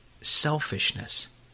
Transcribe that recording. selfishness